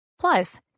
Plus